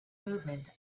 movement